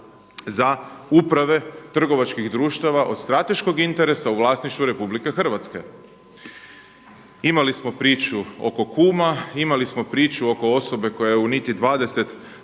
za uprave trgovačkih društava od strateškog interesa u vlasništvu Republike Hrvatske. Imali smo priču oko kuma, imali smo priču oko osobe koja je u niti